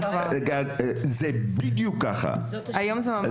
אבל זה לא כך היום.